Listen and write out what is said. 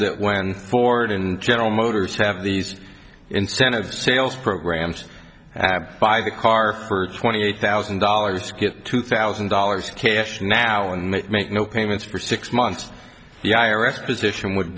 that when ford and general motors have these incentive sales programs ab buy the car for twenty eight thousand dollars get two thousand dollars cash now and make no payments for six months the i r s position would